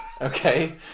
Okay